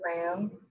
room